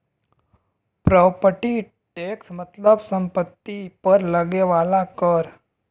property tax मतलब सम्पति पर लगे वाला कर